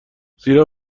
زیرا